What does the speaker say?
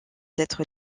d’être